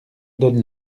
donne